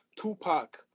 Tupac